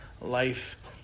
life